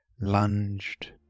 lunged